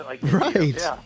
Right